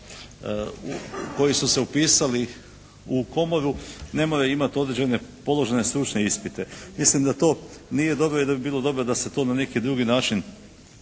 koji su se upisali u komoru ne moraju imati određene položene stručne ispite. Mislim da to nije dobro i da bi bilo dobro da se to na neki drugi način